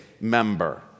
member